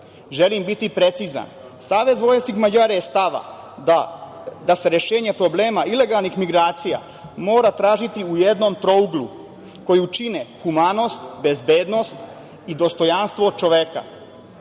biti precizan, SVM je stava da se rešenje problema ilegalnih migracija mora tražiti u jednom trouglu koji čine humanost, bezbednost i dostojanstvo